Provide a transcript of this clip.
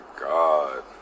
God